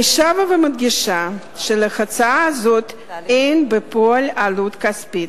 אני שבה ומדגישה שלהצעה הזאת אין בפועל עלות כספית,